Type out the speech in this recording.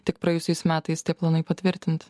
tik praėjusiais metais tie planai patvirtinti